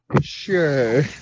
Sure